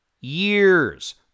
years